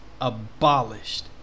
abolished